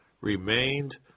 remained